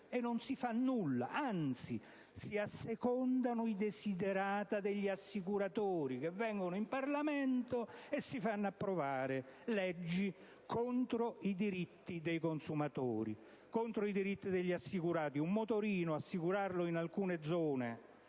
e non si fa nulla, anzi si assecondano i *desiderata* degli assicuratori, che vengono in Parlamento e si fanno approvare leggi contro i diritti dei consumatori e degli assicurati: in alcune zone,